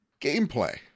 gameplay